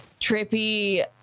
trippy